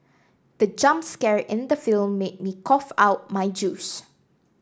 the jump scare in the film made me cough out my juice